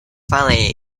finally